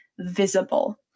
visible